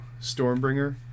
Stormbringer